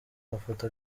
mafoto